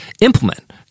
implement